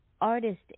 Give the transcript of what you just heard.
artist